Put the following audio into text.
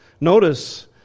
Notice